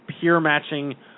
peer-matching